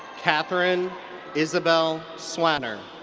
katherine isabel swanner.